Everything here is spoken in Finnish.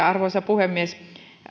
arvoisa puhemies